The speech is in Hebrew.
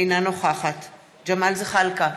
אינה נוכחת ג'מאל זחאלקה,